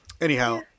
Anyhow